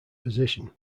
position